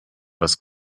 was